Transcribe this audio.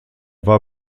war